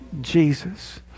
Jesus